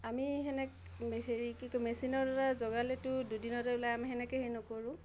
আমি হেৰি কি কয় মেচিনৰদ্বাৰা জগালেতো দুদিনতে ওলায় আমি সেনেকৈ হেৰি নকৰোঁ